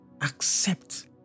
Accept